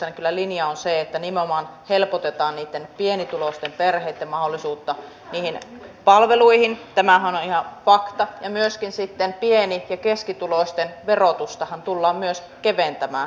kyllä linja on se että nimenomaan helpotetaan niitten pienituloisten perheitten mahdollisuutta niihin palveluihin tämähän on ihan fakta ja pieni ja keskituloisten verotustahan tullaan myös keventämään